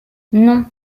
non